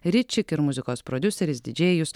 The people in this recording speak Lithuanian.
ritčik ir muzikos prodiuseris didžėjus